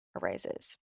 arises